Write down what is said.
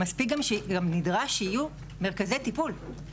גם נדרש שיהיו מרכזי טיפול שייתנו טיפול.